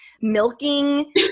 milking